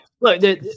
look